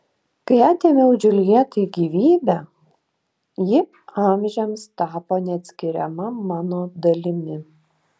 kai atėmiau džiuljetai gyvybę ji amžiams tapo neatskiriama mano dalimi